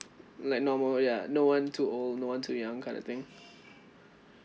like normal ya no one too old no one too young kind of thing